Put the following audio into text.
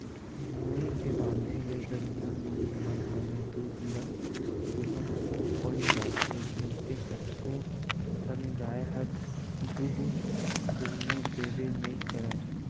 नोई के बांधे ले गहिरा मन ल बने दूद ल दूहूत बन जाथे नइते कतको ठन गाय ह दूद दूहने देबे नइ करय